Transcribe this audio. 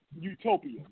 utopia